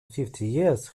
years